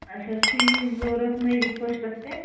اَسہِ حظ چھُ یہِ ضروٗرت نٔوِس فٔسٹَس پیٚٹھ